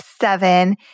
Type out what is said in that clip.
seven